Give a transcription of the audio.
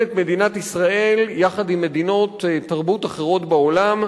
את מדינת ישראל יחד עם מדינות תרבות אחרות בעולם,